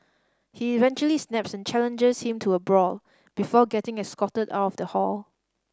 he eventually snaps and challenges him to a brawl before getting escorted out of the hall